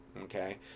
Okay